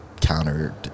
countered